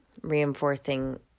reinforcing